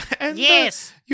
Yes